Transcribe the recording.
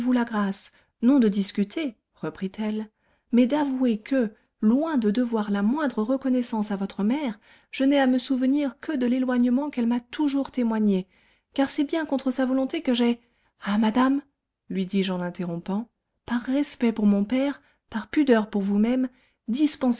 la grâce non de discuter reprit-elle mais d'avouer que loin de devoir la moindre reconnaissance à votre mère je n'ai à me souvenir que de l'éloignement qu'elle m'a toujours témoigné car c'est bien contre sa volonté que j'ai ah madame lui dis-je en l'interrompant par respect pour mon père par pudeur pour vous-même